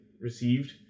received